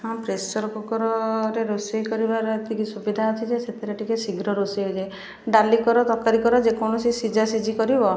ହଁ ପ୍ରେସରକୁକରରେ ରୋଷେଇ କରିବାରେ ଏତିକି ସୁବିଧା ଅଛି ଯେ ସେଥିରେ ଟିକେ ଶୀଘ୍ର ରୋଷେଇ ହେଇଯାଏ ଡାଲି କର ତରକାରୀ କର ଯେ କୌଣସି ସିଝାସିଝି କରିବ